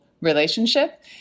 relationship